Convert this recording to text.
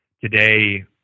Today